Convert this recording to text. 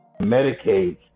Medicaid